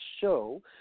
show